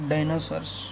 Dinosaurs